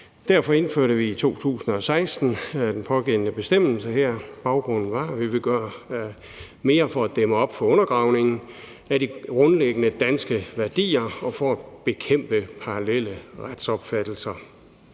Derfor indførte vi i 2016 den pågældende bestemmelse. Baggrunden var, at vi ville gøre mere for at dæmme op for undergravningen af de grundlæggende danske værdier og bekæmpe parallelle retsopfattelser.